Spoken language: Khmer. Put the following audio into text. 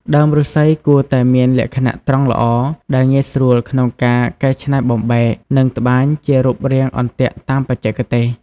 ដើមឫស្សីគួរតែមានលក្ខណៈត្រង់ល្អ ដែលងាយស្រួលក្នុងការកែច្នៃបំបែក និងត្បាញជារូបរាងអន្ទាក់តាមបច្ចេកទេស។